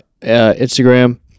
Instagram